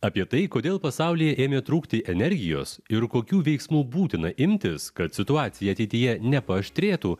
apie tai kodėl pasaulyje ėmė trūkti energijos ir kokių veiksmų būtina imtis kad situacija ateityje nepaaštrėtų